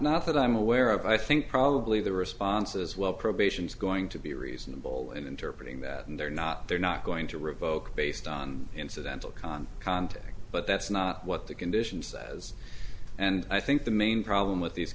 not that i'm aware of i think probably the response as well probation is going to be reasonable in interpreting that and they're not they're not going to revoke based on incidental con contact but that's not what the conditions as and i think the main problem with these